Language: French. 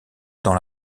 dans